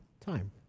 time